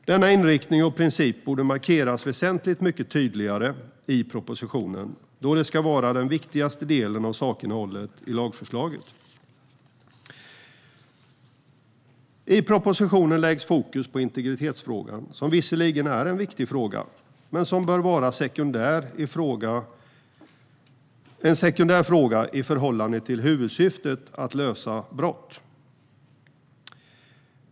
Denna inriktning och princip borde ha markerats väsentligt mycket tydligare i propositionen då det ska vara den viktigaste delen av sakinnehållet i lagförslaget. I propositionen läggs fokus på integritetsfrågan, som visserligen är en viktig fråga men som bör vara sekundär i förhållande till huvudsyftet som är att lösa brott.